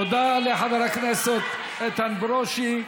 תודה לחבר הכנסת איתן ברושי.